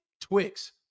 Twix